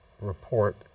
report